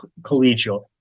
collegial